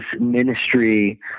ministry